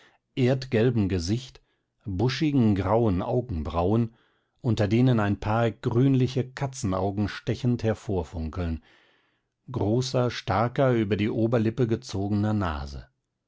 erdgelbem gesicht buschigten grauen augenbrauen unter denen ein paar grünliche katzenaugen stechend hervorfunkeln großer starker über die oberlippe gezogener nase